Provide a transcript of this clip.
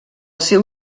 seu